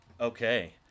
Okay